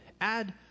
add